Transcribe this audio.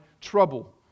trouble